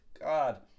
God